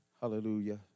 Hallelujah